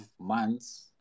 months